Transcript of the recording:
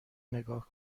نگاه